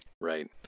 Right